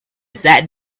sat